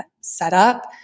setup